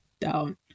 down